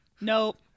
Nope